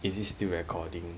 is it still recording